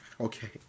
Okay